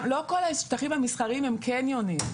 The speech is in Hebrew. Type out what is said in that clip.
לא כל השטחים המסחריים הם קניונים.